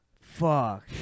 Fuck